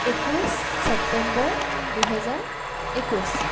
একৈছ ছেপ্তেম্বৰ দুহেজাৰ একৈছ